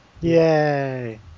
Yay